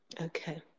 Okay